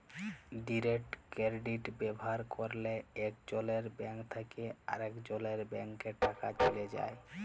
direct credit ব্যাভার ক্যরলে একজলের ব্যাংক থ্যাকে আরেকজলের ব্যাংকে টাকা চ্যলে যায়